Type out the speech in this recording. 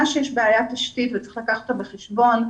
שיש בעיית תשתית וצריך לקחת אותה בחשבון,